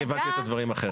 אני הבנתי את הדברים אחרת.